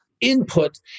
input